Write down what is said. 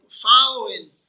following